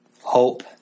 hope